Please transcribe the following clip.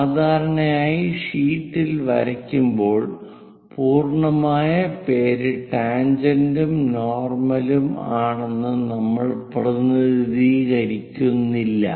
സാധാരണയായി ഷീറ്റിൽ വരയ്ക്കുമ്പോൾ പൂർണ്ണമായ പേര് ടാൻജെന്റ് ഉം നോർമൽ ഉം ആണെന്ന് നമ്മൾ പ്രതിനിധീകരിക്കുന്നില്ല